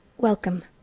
welcome!